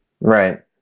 Right